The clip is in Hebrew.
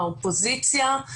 האופוזיציה,